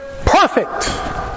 perfect